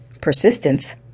persistence